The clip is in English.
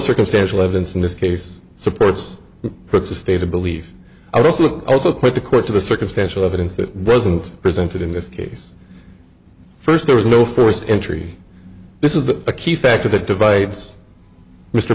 circumstantial evidence in this case supports for the state the belief i was looking also quit the court to the circumstantial evidence that wasn't presented in this case first there was no forced entry this is the key factor that divides mr